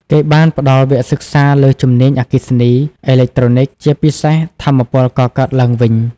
គេបានផ្តល់វគ្គសិក្សាលើជំនាញអគ្គិសនី អេឡិចត្រូនិក ជាពិសេស ថាមពលកកើតឡើងវិញ។